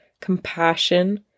compassion